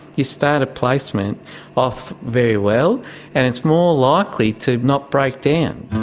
you start a placement off very well and it's more likely to not break down.